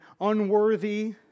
unworthy